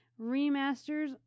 remasters